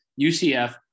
UCF